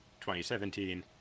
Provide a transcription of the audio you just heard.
2017